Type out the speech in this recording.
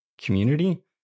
community